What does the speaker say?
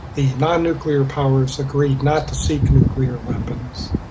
the non-nuclear powers agreed not to seek nuclear weapons.